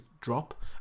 drop